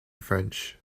french